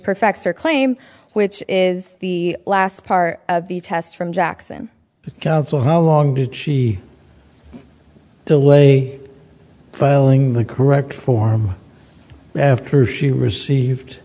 her claim which is the last part of the test from jackson counsel how long did she to lay filing the correct form after she received